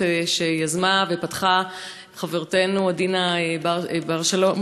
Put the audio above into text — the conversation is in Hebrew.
שיזמה ופתחה חברתנו עדינה בר-שלום,